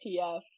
TF